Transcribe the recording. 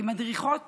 כמדריכות